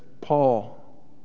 Paul